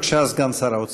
בבקשה, סגן שר האוצר.